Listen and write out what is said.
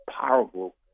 powerful